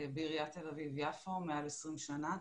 בעיריית תל אביב-יפו מעל 20 שנה,